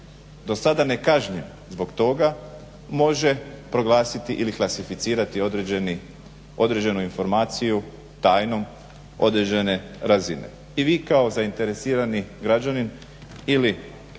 do sada nekažnjen zbog toga može proglasiti ili klasificirati određenu informaciju tajnom određene razine i vi kao zainteresirani građanin ili